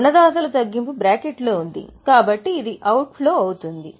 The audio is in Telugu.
రుణదాతల తగ్గింపు బ్రాకెట్లో ఉంది కాబట్టి ఇది అవుట్ ఫ్లో సరే